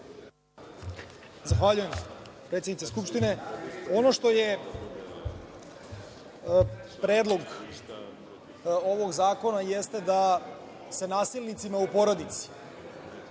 Zahvaljujem, predsednice Skupštine. Ono što je predlog ovog zakona jeste da se nasilnicima u porodici